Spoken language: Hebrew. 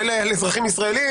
מילא אזרחים ישראלים,